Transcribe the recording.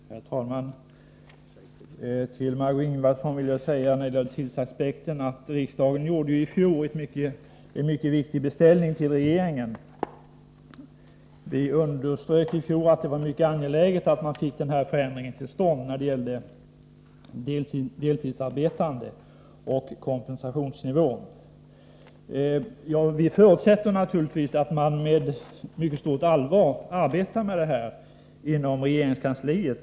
Herr talman! Till Margé Ingvardsson vill jag beträffande tidsaspekten säga: Riksdagen gjorde i fjol en mycket viktig beställning till regeringen. Vi underströk då att det var mycket angeläget att få till stånd en förändring beträffande kompensationsnivån för deltidsarbetande. Vi förutsätter naturligtvis att man med mycket stort allvar arbetar med detta inom regeringskansliet.